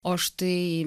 o štai